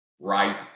right